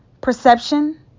Perception